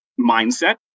mindset